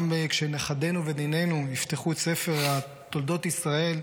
גם כשנכדינו ונינינו יפתחו ספר על תולדות ישראל,